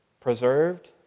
preserved